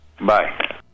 Bye